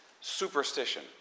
superstition